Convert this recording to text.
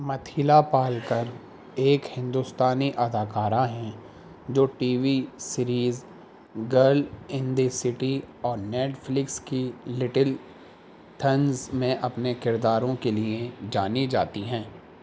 متھیلا پالکر ایک ہندوستانی اداکارہ ہیں جو T V series girl in the city اور نیٹ فلیکس کی لٹل تھنز میں اپنے کرداروں کے لیے جانی جاتی ہیں